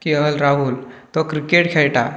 K L Rahul तो cricket खेळटा